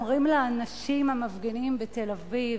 אומרים לאנשים המפגינים בתל-אביב: